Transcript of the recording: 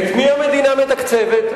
את מי המדינה מתקצבת?